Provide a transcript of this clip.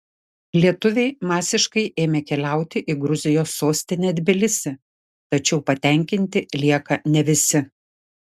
lietuviai masiškai ėmė keliauti į gruzijos sostinę tbilisį tačiau patenkinti lieka ne visi